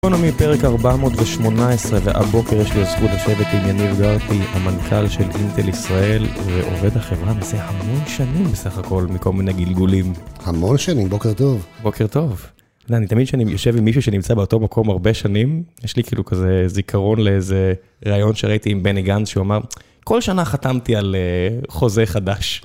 גיקונומי פרק 418, והבוקר יש לי הזכות לשבת עם יניב גרתי, המנכ״ל של אינטל ישראל ועובד החברה מזה המון שנים בסך הכל, מכל מיני גלגולים. המון שנים, בוקר טוב. בוקר טוב. אני יודע, אני תמיד שאני יושב עם מישהו שנמצא באותו מקום הרבה שנים, יש לי כאילו כזה זיכרון לאיזה ראיון שראיתי עם בני גנץ שהוא אמר, כל שנה חתמתי על חוזה חדש.